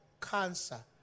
cancer